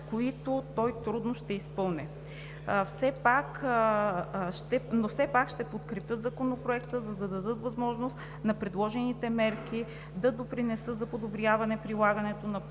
които той трудно ще изпълни. Все пак ще подкрепят Законопроекта, за да дадат възможност на предложените мерки да допринесат за подобряване на прилагането на Програмата